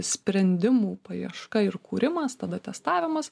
sprendimų paieška ir kūrimas tada testavimas